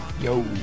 Yo